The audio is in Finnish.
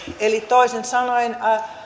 eli toisin sanoen